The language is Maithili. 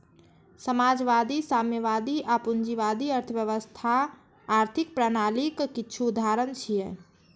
समाजवादी, साम्यवादी आ पूंजीवादी अर्थव्यवस्था आर्थिक प्रणालीक किछु उदाहरण छियै